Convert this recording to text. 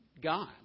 God